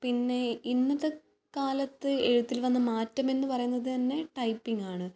പിന്നെ ഇന്നത്തെ കാലത്ത് എഴുത്തിൽ വന്ന മാറ്റം എന്ന് പറയുന്നത് തന്നെ ടൈപ്പിങ്ങ് ആണ്